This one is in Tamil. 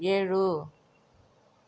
ஏழு